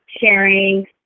sharing